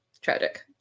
tragic